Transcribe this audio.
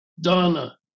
Donna